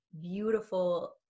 beautiful